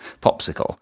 popsicle